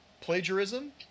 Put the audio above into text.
plagiarism